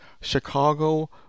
Chicago